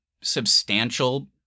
substantial